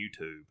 YouTube